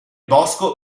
bosco